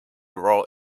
role